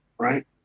right